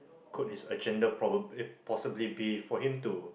could his agenda problem possibility for him to